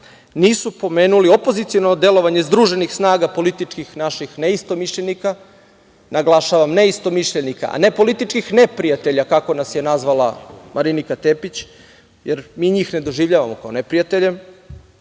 nisu pomenuli opoziciono delovanje združenih snaga političkih, naših neistomišljenika, naglašavam neistomišljenika a ne političkih neprijatelja, kako nas je nazvala Marinika Tepić, jer mi njih ne doživljavamo kao neprijatelje,